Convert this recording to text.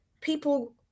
people